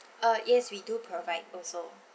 uh yes we do provide also